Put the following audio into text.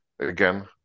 again